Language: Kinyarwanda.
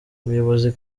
ubuyobozi